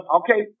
okay